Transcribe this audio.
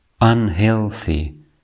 unhealthy